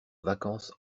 vacances